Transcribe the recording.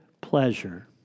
pleasure